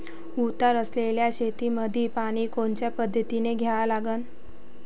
उतार असलेल्या शेतामंदी पानी कोनच्या पद्धतीने द्या लागन?